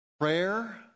prayer